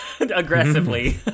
Aggressively